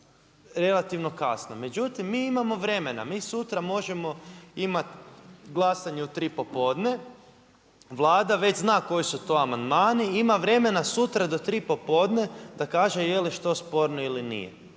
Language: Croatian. relativno kasno. Međutim mi imamo vremena, mi sutra možemo imati glasanje u tri popodne, Vlada već zna koji su to amandmani, ima vremena sutra do tri popodne da kaže jeli što sporno ili nije.